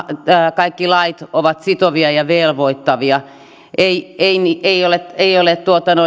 kaikki lait ovat sitovia ja velvoittavia ei ole ei ole